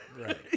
Right